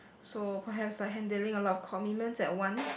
so perhaps like handling a lot of commitments at once